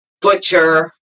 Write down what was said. butcher